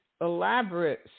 elaborate